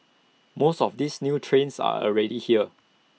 most of these new trains are already here